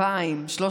2,000,